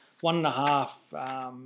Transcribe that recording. one-and-a-half